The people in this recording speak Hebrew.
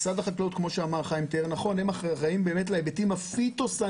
משרד החקלאות חיים תיאר נכון אחראי להיבטים הפיטוסניטריים.